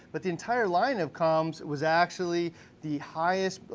but the entire line of coms was actually the highest,